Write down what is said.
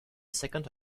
second